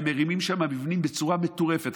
הם מרימים שם מבנים בצורה מטורפת.